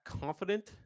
confident